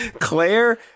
Claire